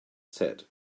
said